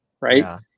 right